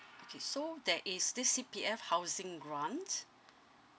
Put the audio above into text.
okay so there is this C_P_F housing grant